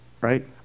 right